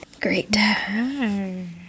Great